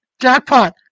Jackpot